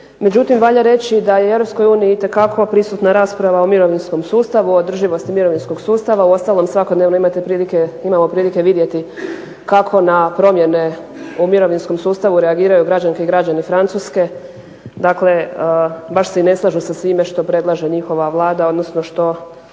međutim valja reći da je u EU itekako prisutna rasprava o mirovinskom sustavu, o održivosti mirovinskog sustava. Uostalom svakodnevno imamo prilike vidjeti kako na promjene u mirovinskom sustavu reagiraju građanke i građani Francuske. Dakle, baš se i ne slažu sa svime što predlaže njihova vlada, odnosno što